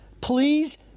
Please